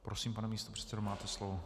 Prosím, pane místopředsedo, máte slovo.